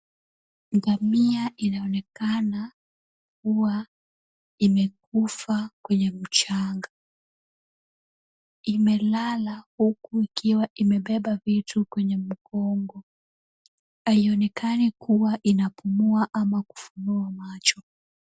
Ngamia inaonekana kuwa imekufa kwenye mchanga. Imelala huku ikiwa imebeba vitu kwenye mgongo. Haionekani kuwa inapumua ama kufunua macho.